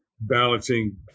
balancing